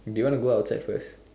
Do you want to go outside first